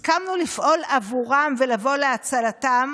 הסכמנו לפעול עבורם ולבוא להצלתם